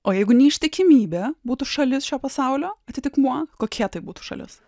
o jeigu neištikimybė būtų šalis šio pasaulio atitikmuo kokia tai būtų šalis